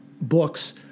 books